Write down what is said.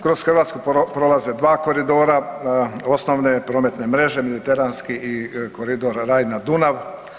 Kroz Hrvatsku polaze 2 koridora osnovne prometne mreže, Mediteranski i Koridor Rajna-Dunav.